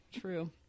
True